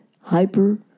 hyper